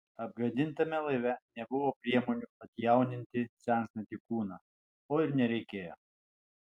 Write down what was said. apgadintame laive nebuvo priemonių atjauninti senstantį kūną o ir nereikėjo